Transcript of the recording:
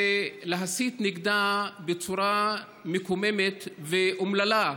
ולהסית נגדה בצורה מקוממת ואומללה,